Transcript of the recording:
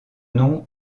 nom